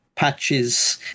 Patches